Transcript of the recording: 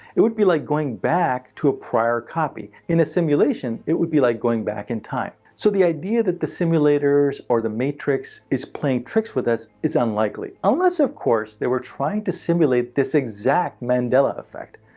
it would be like going back to a prior copy. in a simulation it would be like going back in time. so the idea that the simulators or the matrix is playing trick on us, is unlikely, unless of course they were trying to simulate this exact mandela effect.